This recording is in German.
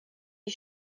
die